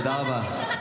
תודה רבה.